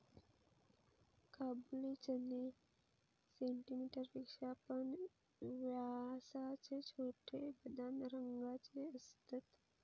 काबुली चणे सेंटीमीटर पेक्षा पण व्यासाचे छोटे, बदामी रंगाचे असतत